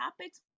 topics